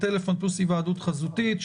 טלפון פלוס היוועדות חזותית,